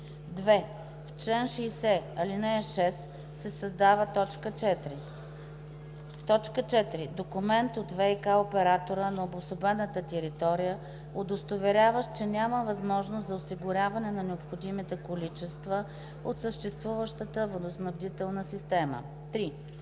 2. В чл. 60, ал. 6 се създава т. 4: „4. документ от ВиК оператора на обособената територия, удостоверяващ, че няма възможност за осигуряване на необходимите количества от съществуващата водоснабдителна система.“ 3.